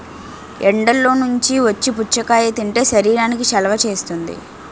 ఎండల్లో నుంచి వచ్చి పుచ్చకాయ తింటే శరీరానికి చలవ చేస్తుంది